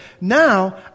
Now